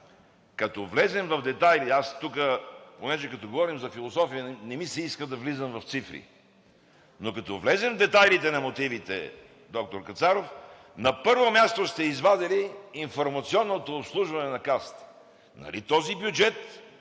като влезем в детайли – тук понеже говорим за философия, не ми се иска да влизам в цифри, но като влезем в детайлите на мотивите, доктор Кацаров, на първо място сте извадили информационното обслужване на Касата. Нали този бюджет